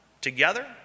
together